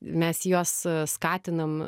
mes juos skatinam